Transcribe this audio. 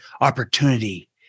opportunity